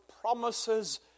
promises